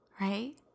right